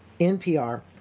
NPR